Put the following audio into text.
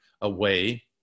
away